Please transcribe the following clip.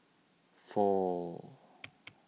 four